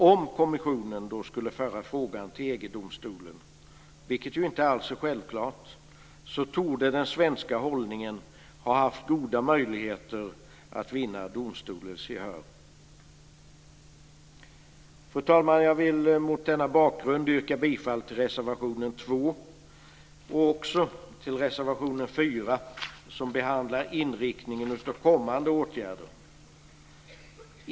Om kommissionen då skulle föra frågan till EG-domstolen, vilket ju inte alls är självklart, torde den svenska hållningen ha goda möjligheter att vinna domstolens gehör. Fru talman! Jag vill mot denna bakgrund yrka bifall till reservation 2 och även till reservation 4, som behandlar inriktningen av kommande åtgärder.